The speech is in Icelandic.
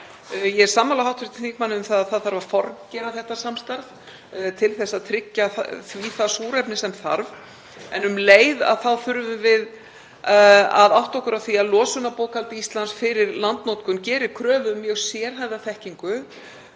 Ég er sammála hv. þingmanni um að það þarf að formgera þetta samstarf til að tryggja því það súrefni sem þarf en um leið þurfum við að átta okkur á því að losunarbókhald Íslands fyrir landnotkun gerir kröfu um mjög sérhæfða þekkingu